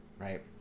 Right